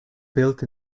built